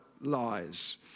lies